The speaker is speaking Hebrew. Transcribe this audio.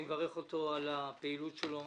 אני מברך אותו על הפעילות שלו,